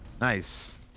Nice